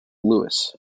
louis